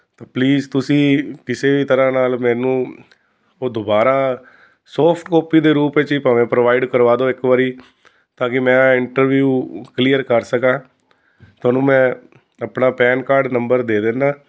ਤਾਂ ਪਲੀਜ਼ ਤੁਸੀਂ ਕਿਸੇ ਵੀ ਤਰ੍ਹਾਂ ਨਾਲ ਮੈਨੂੰ ਉਹ ਦੁਬਾਰਾ ਸੋਫਟ ਕਾਪੀ ਦੇ ਰੂਪ ਵਿੱਚ ਹੀ ਭਾਵੇਂ ਪ੍ਰੋਵਾਈਡ ਕਰਵਾ ਦਿਓ ਇੱਕ ਵਾਰੀ ਤਾਂ ਕਿ ਮੈਂ ਇੰਟਰਵਿਊ ਕਲੀਅਰ ਕਰ ਸਕਾਂ ਤੁਹਾਨੂੰ ਮੈਂ ਆਪਣਾ ਪੈਨ ਕਾਰਡ ਨੰਬਰ ਦੇ ਦਿੰਦਾ